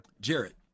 Jared